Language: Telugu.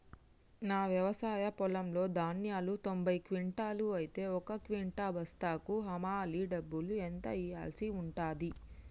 నా వ్యవసాయ పొలంలో ధాన్యాలు తొంభై క్వింటాలు అయితే ఒక క్వింటా బస్తాకు హమాలీ డబ్బులు ఎంత ఇయ్యాల్సి ఉంటది?